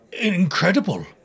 incredible